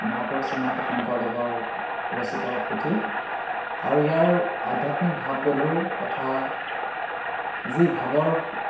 মহাপুৰুষ শ্ৰীমন্ত শংকৰদেৱৰ ৰচিত পুথি আৰু ইয়াৰ আধ্যাত্মিক ভাৱগধুৰ তথা যি ভাৱৰ